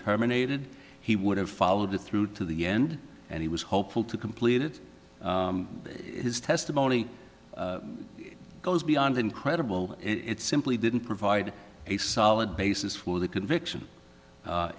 terminated he would have followed it through to the end and he was hopeful to completed his testimony goes beyond incredible it simply didn't provide a solid basis for the conviction